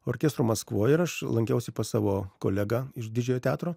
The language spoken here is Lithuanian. orkestru maskvoj ir aš lankiausi pas savo kolegą iš didžiojo teatro